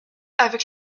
avec